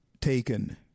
taken